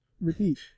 Repeat